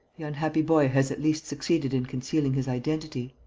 the unhappy boy has at least succeeded in concealing his identity.